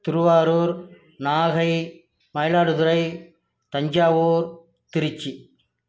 Thiruvarur Nagai Mayiladuthurai Thanjavur Trichy